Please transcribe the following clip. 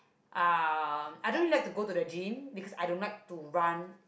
um I don't really like to go to the gym because I don't like to run